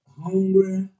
hungry